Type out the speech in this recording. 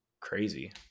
crazy